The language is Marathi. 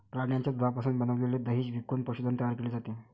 प्राण्यांच्या दुधापासून बनविलेले दही विकून पशुधन तयार केले जाते